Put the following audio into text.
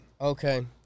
Okay